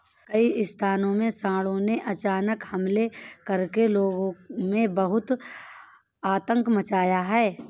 कई स्थानों में सांडों ने अचानक हमले करके लोगों में बहुत आतंक मचाया है